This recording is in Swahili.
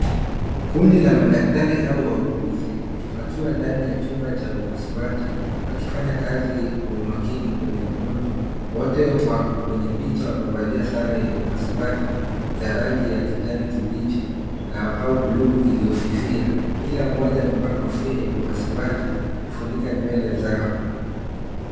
Kundi la madaktari au wauguzi wakiwa ndani ya chumba cha upasuaji wakifanya kazi kwa umakini kwenye mgonjwa, wote wako kwenye picha wamevalia sare ya upasuaji za rangi ya kijani kibichi au blue iliyofifia. Kila mmoja amevaa kofia ya upasuaji kufunika nywele zao.